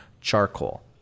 charcoal